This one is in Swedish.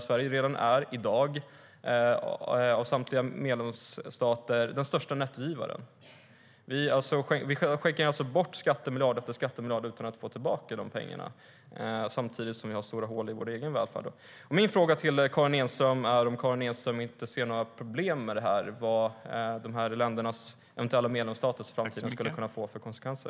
Sverige är redan i dag den största nettogivaren bland samtliga medlemsstater. Vi skänker bort skattemiljard efter skattemiljard utan att få tillbaka de pengarna, samtidigt som vi har stora hål i vår egen välfärd. Min fråga är om Karin Enström inte ser några problem med detta och vad de här ländernas eventuella medlemsstatus i framtiden skulle kunna få för konsekvenser.